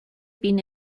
been